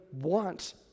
want